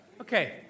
Okay